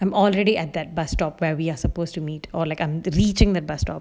I'm already at that bus stop where we are supposed to meet or like I'm deleting the bus stop